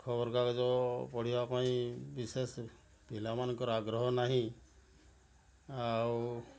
ଖବର କାଗଜ ପଢ଼ିବା ପାଇଁ ବିଶେଷ ପିଲାମାନେଙ୍କର ଆଗ୍ରହ ନାହିଁ ଆଉ